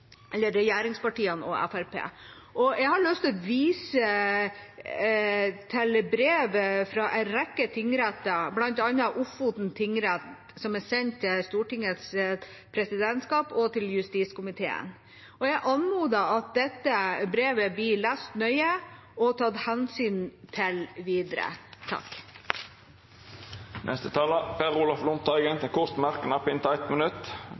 Jeg har lyst til å vise til et brev fra en rekke tingretter, bl.a. Ofoten tingrett, som er sendt til Stortingets presidentskap og til justiskomiteen. Jeg anmoder om at dette brevet blir lest nøye og tatt hensyn til videre. Representanten Per Olaf Lundteigen har hatt ordet to gonger og får ordet til ein kort merknad, avgrensa til 1 minutt.